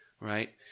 right